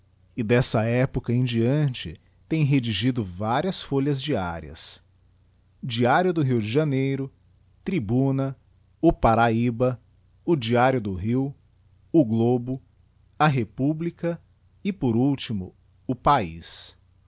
dessa época em diante tem redigido varias folhas diárias diário do rio de janeiro tribuna o parahyba o diário do rio o globo a republica e por ultimo o faia